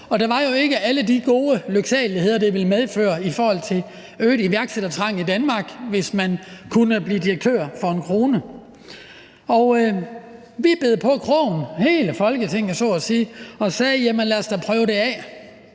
og der var jo ikke de gode lyksaligheder, det ikke ville medføre, i forhold til øget iværksættertrang i Danmark, hvis man kunne blive direktør for 1 kr. Og vi bed på krogen, hele Folketinget så at sige, og sagde: Jamen lad os da prøve det af.